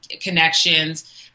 connections